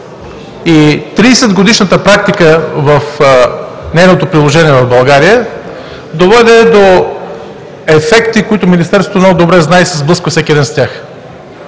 и 30 годишната практика в нейното приложение в България доведе до ефекти, които Министерството много добре знае и се сблъсква всеки ден с тях.